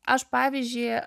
aš pavyzdžiui